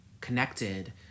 connected